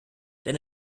denn